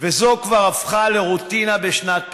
זו כבר הפכה לרוטינה בשנת בחירות,